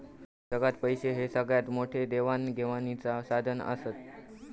जगात पैशे हे सगळ्यात मोठे देवाण घेवाणीचा साधन आसत